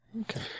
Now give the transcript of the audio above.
Okay